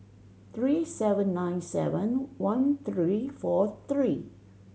three seven nine seven one three four three